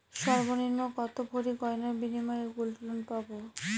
সর্বনিম্ন কত ভরি গয়নার বিনিময়ে গোল্ড লোন পাব?